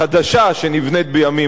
אני חוזר בי מפרשנותי.